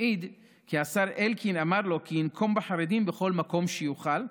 העיד כי השר אלקין אמר לו כי ינקום בחרדים בכל מקום שיוכל.